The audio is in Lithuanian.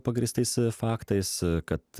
pagrįstais faktais kad